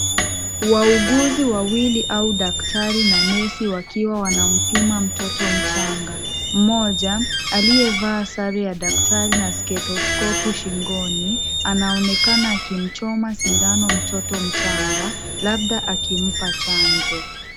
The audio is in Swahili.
Wauguzi wawili au daktari na nesi wakiwa wanampima mtoto mchanga, mmoja aliyevaa sare ya daktari na stethoskopu shingoni anaonekana akimchoma sindano mtoto mchanga labda akimpa chanjo.